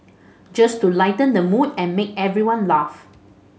just to lighten the mood and make everyone laugh